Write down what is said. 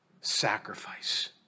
sacrifice